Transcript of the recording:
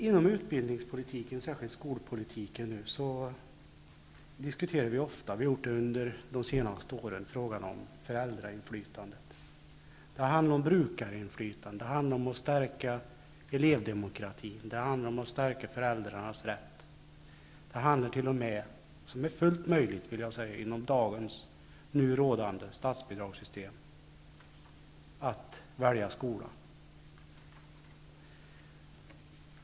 Inom utbildningspolitiken, särskilt skolpolitiken, har vi under de senaste åren ofta diskuterat frågan om föräldrainflytandet. Det handlar om brukarinflytandet, om att stärka elevdemokratin och föräldrarnas rätt. Det handlar t.o.m. -- det är fullt möjligt inom dagens statsbidragssystem -- om att välja skola.